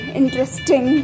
interesting